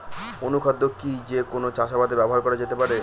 অনুখাদ্য কি যে কোন চাষাবাদে ব্যবহার করা যেতে পারে?